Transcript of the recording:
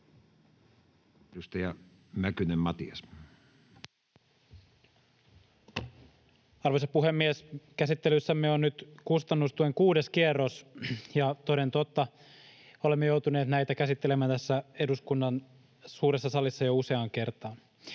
Arvoisa puhemies! Käsittelyssämme on nyt kustannustuen kuudes kierros, ja toden totta olemme joutuneet näitä käsittelemään tässä eduskunnan suuressa salissa jo useaan kertaan.